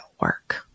work